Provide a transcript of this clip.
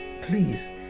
please